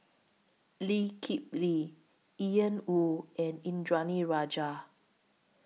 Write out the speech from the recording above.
Lee Kip Lee Ian Woo and Indranee Rajah